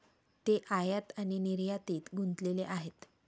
ते आयात आणि निर्यातीत गुंतलेले आहेत